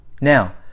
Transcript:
Now